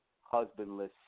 husbandless